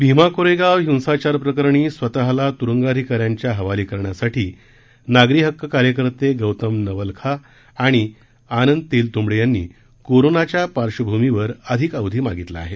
भीमा कोरेगाव हिंसाचार प्रकरणी स्वतःला तुरुंगाधिकाऱ्यांच्या हवाली करण्यासाठी नागरी हक्क कार्यकर्ते गौतम नवलखा आणि आनंद तेलतुंबडे यांनी कोरोनाच्या पार्श्वभूमीवर अधिक अवधि मागितला आहे